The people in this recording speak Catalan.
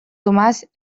tomàs